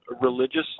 religious